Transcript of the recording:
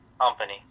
company